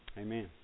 Amen